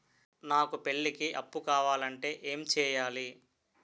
నాకు పెళ్లికి అప్పు కావాలంటే ఏం చేయాలి?